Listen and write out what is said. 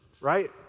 right